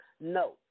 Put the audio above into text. No